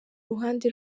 ruhande